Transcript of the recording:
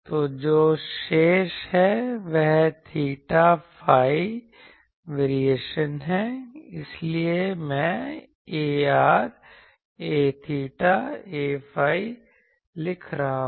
तो जो शेष है वह theta phi वेरिएशन है इसीलिए मैं Ar A𝚹 Aϕ लिख रहा हूं